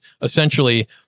essentially